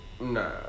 Nah